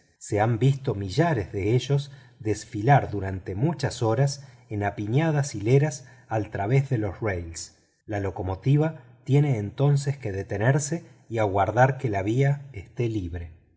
se han visto millares de ellos desfilar durante muchas horas en apiñadas hileras cruzando los rieles la locomotora tiene entoces que detenerse y aguardar que la vía esté libre